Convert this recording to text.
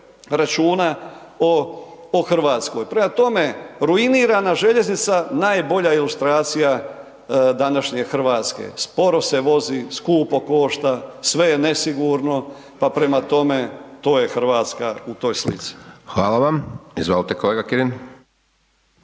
računa o Hrvatskoj. Prema tome, ruinirana željeznica najbolja je ilustracija današnje Hrvatske, sporo se vozi, skupo košta, sve je nesigurno, pa prema tome, to je Hrvatska u toj slici. **Hajdaš Dončić, Siniša